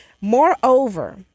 Moreover